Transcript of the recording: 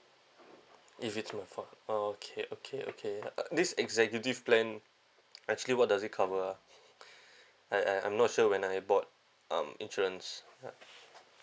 if it's my fault okay okay okay uh this executive plan actually what does it cover ah I I'm not sure when I bought um insurance ah